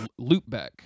loopback